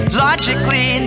logically